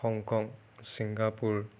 Hong Kong Singapore